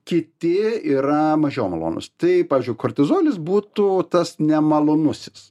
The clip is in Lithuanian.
kiti yra mažiau malonūs tai pavyzdžiui kortizolis būtų tas nemalonusis